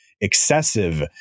excessive